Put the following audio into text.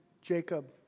Jacob